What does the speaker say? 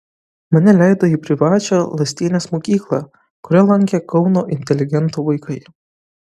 mane leido į privačią lastienės mokyklą kurią lankė kauno inteligentų vaikai